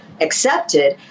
accepted